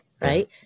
Right